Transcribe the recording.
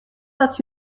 dat